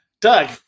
Doug